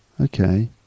Okay